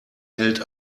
hält